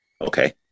Okay